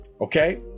Okay